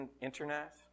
Internet